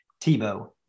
Tebow